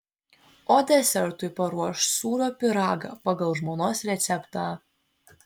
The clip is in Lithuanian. o desertui paruoš sūrio pyragą pagal žmonos receptą